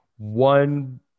one